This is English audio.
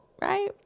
Right